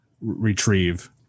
retrieve